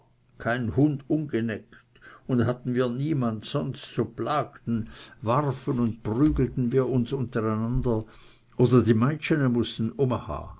kein hund ungeneckt und hatten wir niemand sonst so plagten warfen prügelten wir uns untereinander oder die meitschene mußten